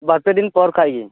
ᱵᱟᱨ ᱯᱮ ᱫᱤᱱ ᱯᱚᱨ ᱠᱷᱟᱡ ᱜᱮ